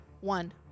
One